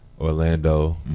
Orlando